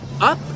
up